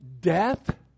death